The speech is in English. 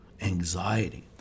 anxiety